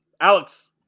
Alex